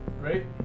Great